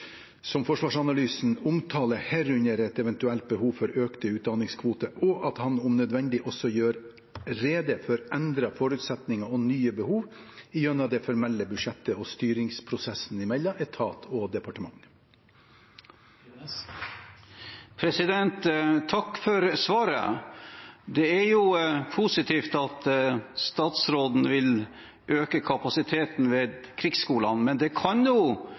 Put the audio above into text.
økte utdanningskvoter, og at han om nødvendig også gjør rede for endrede forutsetninger og nye behov gjennom det formelle budsjettet og styringsprosesser mellom etat og departement. Takk for svaret. Det er positivt at statsråden vil øke kapasiteten ved krigsskolene, men det kan